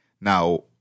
Now